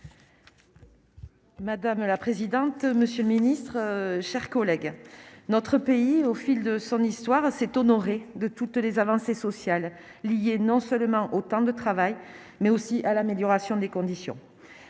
Madame la présidente, monsieur le secrétaire d'État, mes chers collègues, notre pays, au fil de son histoire, s'est honoré de toutes les avancées sociales liées non seulement au temps de travail, mais aussi à l'amélioration des conditions